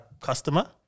customer